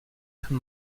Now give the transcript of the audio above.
kann